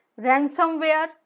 ransomware